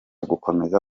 gukomeza